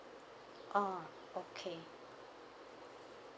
oh okay